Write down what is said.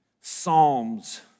Psalms